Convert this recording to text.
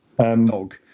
Dog